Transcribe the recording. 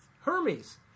Hermes